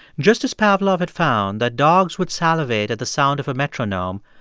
just as pavlov had found that dogs would salivate at the sound of a metronome,